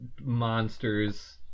monsters